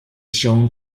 shown